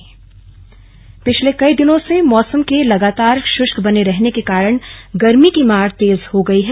मौसम पिछले कई दिन से मौसम के लगातार शुष्क बने रहने के कारण गर्मी की मार तेज हो गई है